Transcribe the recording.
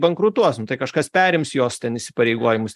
bankrutuosim tai kažkas perims jos ten įsipareigojimus